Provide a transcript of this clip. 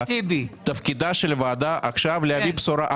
תפקידה של הוועדה עכשיו להביא בשורה.